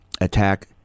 attack